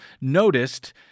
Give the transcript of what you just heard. noticed